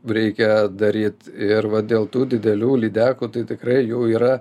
reikia daryt ir va dėl tų didelių lydekų tai tikrai jų yra